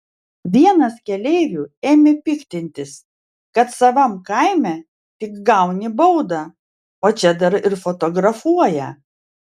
vienas keleivių ėmė piktintis kad savam kaime tik gauni baudą o čia dar ir fotografuoja